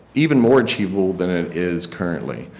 even more achievable than it is currently.